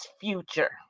future